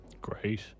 Great